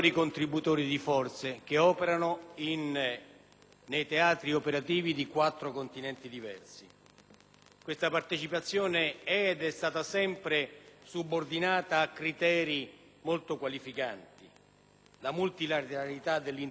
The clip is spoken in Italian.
Questa partecipazione è ed è stata sempre subordinata a criteri molto qualificanti: la multilateralità dell'intervento, la legittimazione del mandato, il rispetto assoluto dei costumi delle popolazioni.